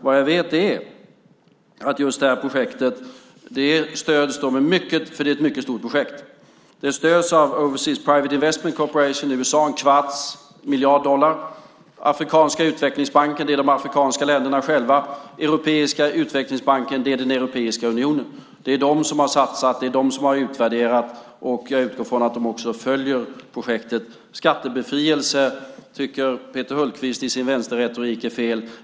Vad jag vet är att just detta projekt, som är mycket stort, stöds av Overseas Private Investment Corporation i USA med 1⁄4 miljard dollar, av Afrikanska utvecklingsbanken, alltså de afrikanska länderna själva, och av Europeiska utvecklingsbanken, alltså Europeiska unionen. Det är de som har satsat och utvärderat, och jag utgår från att de också följer projektet. Skattebefrielse tycker Peter Hultqvist i sin vänsterretorik är fel.